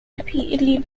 repeatedly